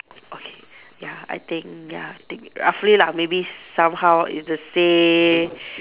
okay ya I think ya I think roughly lah maybe somehow it's the sa~